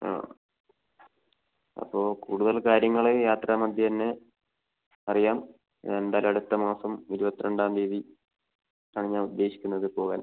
ആ അപ്പോൾ കൂടുതൽ കാര്യങ്ങള് യാത്രാ മദ്ധ്യേന്നെ അറിയാം ഞാൻ എന്തായാലും അടുത്ത മാസം ഇരുപത്രണ്ടാം തീയ്യതി ആണ് ഞാൻ ഉദ്ദേശിക്കുന്നത് പോവാൻ